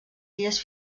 illes